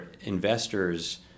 investors